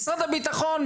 משרד הביטחון,